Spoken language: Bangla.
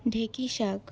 ঢেঁকি শাক